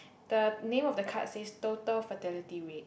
the name of the card says total fertility rate